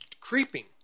creeping